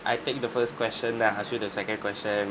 I take the first question then I ask you the second question